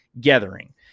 gathering